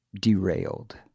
derailed